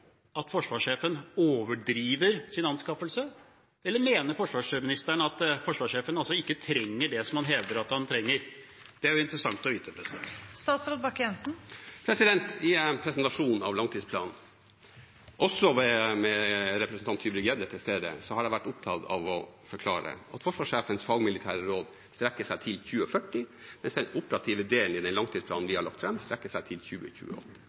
at forsvarssjefen overdriver sin anskaffelse, eller mener forsvarsministeren at forsvarssjefen ikke trenger det han hevder at han trenger? Det er jo interessant å vite. I presentasjonen av langtidsplanen, også med representanten Tybring-Gjedde til stede, har jeg vært opptatt av å forklare at forsvarssjefens fagmilitære råd strekker seg til 2040. Det vil si: Den operative delen i den langtidsplanen vi har lagt fram, strekker seg til 2028.